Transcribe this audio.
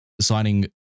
Signing